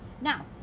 now